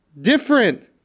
Different